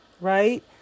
right